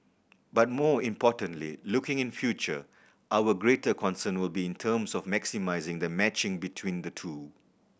but more importantly looking in future our greater concern will be in terms of maximising the matching between the two